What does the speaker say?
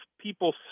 people